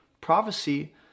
Prophecy